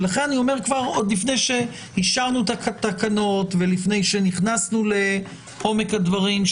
לכן אני אומר עוד לפני שאישרנו את התקנות ולפני שנכנסנו לעומק הדברים,